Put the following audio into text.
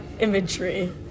imagery